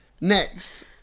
Next